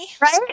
Right